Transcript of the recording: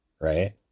right